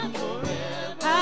forever